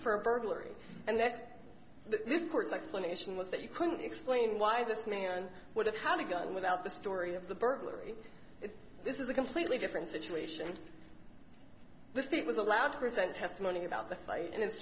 for a burglary and that the courts explanation was that you couldn't explain why this man would have had a gun without the story of the burglary this is a completely different situation and the state was allowed to present testimony about the bite and it's